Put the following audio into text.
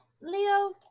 Leo